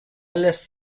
lässt